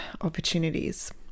opportunities